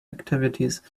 activities